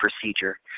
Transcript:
procedure